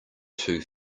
two